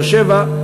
באר-שבע,